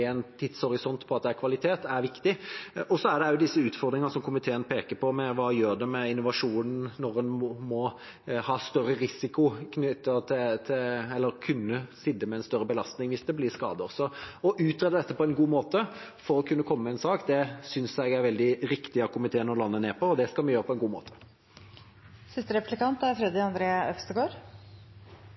en har en tidshorisont når det gjelder kvalitet, er viktig. Så til utfordringene som komiteen peker på: Hva gjør det med innovasjonen når en må ta større risiko og kunne sitte med en større belastning hvis det blir en skade? Å utrede dette på en god måte for å kunne komme med en sak synes jeg er veldig riktig av komiteen å lande ned på, og det skal vi gjøre på en god